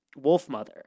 Wolfmother